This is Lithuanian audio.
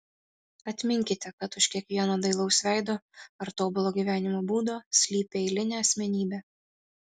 atminkite kad už kiekvieno dailaus veido ar tobulo gyvenimo būdo slypi eilinė asmenybė